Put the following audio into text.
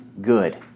good